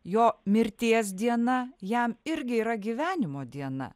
jo mirties diena jam irgi yra gyvenimo diena